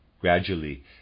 Gradually